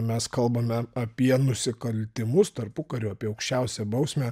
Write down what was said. mes kalbame apie nusikaltimus tarpukariu apie aukščiausią bausmę